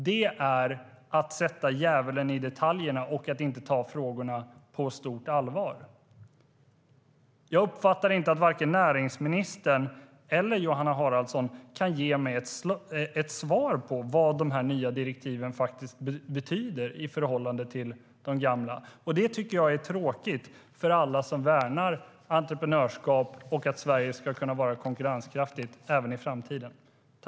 Det är att sätta djävulen i detaljerna och att inte ta frågorna på stort allvar.